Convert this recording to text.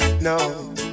No